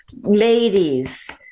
ladies